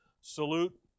Salute